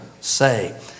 say